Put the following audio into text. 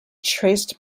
traced